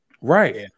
Right